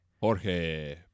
Jorge